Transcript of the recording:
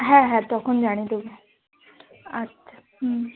হ্যাঁ হ্যাঁ তখন জানিয়ে দেবো আচ্ছা হুম